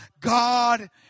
God